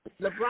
LeBron